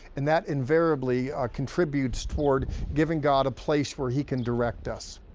and that invariably contributes toward giving god a place where he can direct us.